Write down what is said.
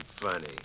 funny